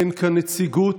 אין כאן נציגות.